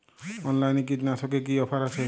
অনলাইনে কীটনাশকে কি অফার আছে?